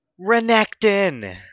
Renekton